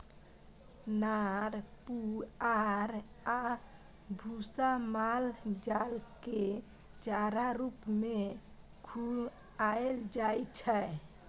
नार पुआर आ भुस्सा माल जालकेँ चारा रुप मे खुआएल जाइ छै